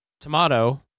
Tomato